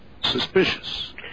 suspicious